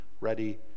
ready